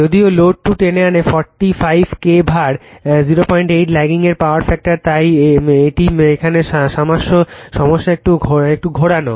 যদিও লোড 2 টেনে আনে 45 k VAR 08 ল্যাগিং এর পাওয়ার ফ্যাক্টরে এটিই এখানে সমস্যা একটু ঘোরানো